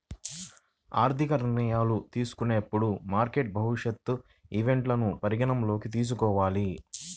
ఆర్థిక నిర్ణయాలు తీసుకునేటప్పుడు మార్కెట్ భవిష్యత్ ఈవెంట్లను పరిగణనలోకి తీసుకోవాలి